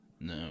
No